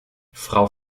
frau